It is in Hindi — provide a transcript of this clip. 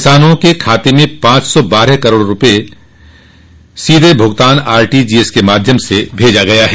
किसानों के खातों में पांच सौ बारह करोड़ तैतोस लाख रूपये का सीधे भुगतान आरटीजीएस के माध्यम से भेजा गया है